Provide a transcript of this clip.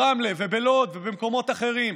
ברמלה ובלוד ובמקומות אחרים.